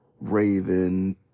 Raven